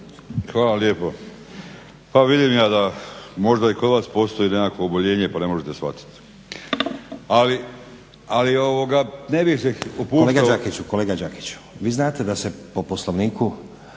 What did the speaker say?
Hvala lijepo. Pa vidim ja da možda i kod vas postoji nekakvo oboljenje pa ne možete shvatit. Ali ne bi se upuštao. **Stazić, Nenad (SDP)** Kolega